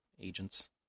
agents